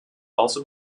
also